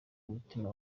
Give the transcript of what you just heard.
umutima